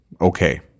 okay